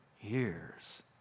years